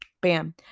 bam